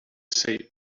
say